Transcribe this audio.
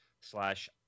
slash